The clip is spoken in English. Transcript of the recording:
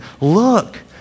look